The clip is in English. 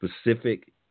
specific